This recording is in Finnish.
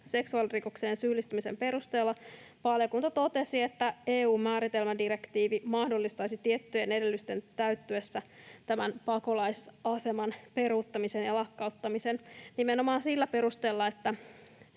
seksuaalirikokseen syyllistymisen perusteella valiokunta totesi, että EU:n määritelmädirektiivi mahdollistaisi tiettyjen edellytysten täyttyessä tämän pakolaisaseman peruuttamisen ja lakkauttamisen nimenomaan sillä perusteella,